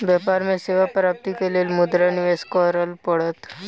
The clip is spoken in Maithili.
व्यापार में सेवा प्राप्तिक लेल मुद्रा निवेश करअ पड़त